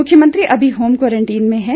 मुख्यमंत्री अभी home quarantine में रहेंगे